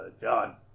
John